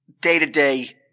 day-to-day